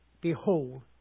Behold